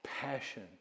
passion